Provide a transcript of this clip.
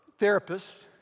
therapists